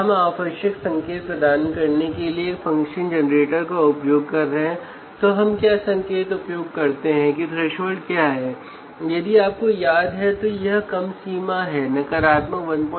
मैं इसे दक्षिणावर्त या क्लॉकवाइज और एंटीक्लॉकवाइज उपयोग कर सकता हूं